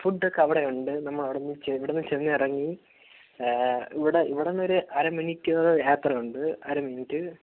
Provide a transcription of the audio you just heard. ഫുഡൊക്കെ അവിടെ ഉണ്ട് നമ്മള് അവിടുന്ന് ചെന്ന് ഇവിടുന്ന് ചെന്ന് ഇറങ്ങി ഇവിടെ ഇവിടുന്നൊരു അര മണിക്കൂർ യാത്രയുണ്ട് അര മിനുറ്റ്